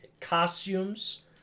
Costumes